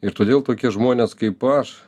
ir todėl tokie žmonės kaip aš